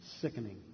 sickening